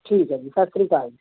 ਠੀਕ ਹੈਂ ਜੀ ਸਤਿ ਸ਼੍ਰੀ ਅਕਾਲ ਜੀ